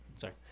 sorry